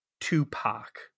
Tupac